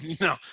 No